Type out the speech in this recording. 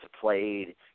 played